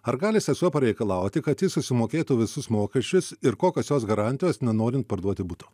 ar gali sesuo pareikalauti kad jis susimokėtų visus mokesčius ir kokios jos garantijos nenorint parduoti buto